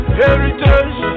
heritage